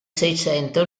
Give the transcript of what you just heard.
seicento